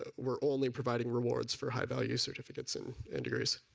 ah we're only providing rewards for high value certificate so and and areas.